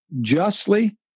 justly